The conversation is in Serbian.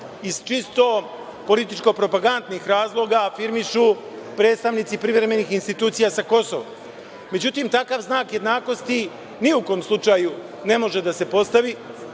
iz čisto političko-propagandnih razloga afirmišu predstavnici privremenih institucija sa Kosova. Međutim, takav znak jednakosti ni u kom slučaju ne može da se postavi,